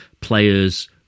players